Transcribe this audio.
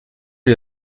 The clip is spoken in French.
lui